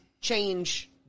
change